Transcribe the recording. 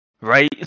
right